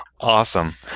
awesome